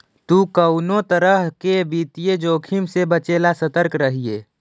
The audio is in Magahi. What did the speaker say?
तु कउनो तरह के वित्तीय जोखिम से बचे ला सतर्क रहिये